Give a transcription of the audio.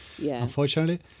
unfortunately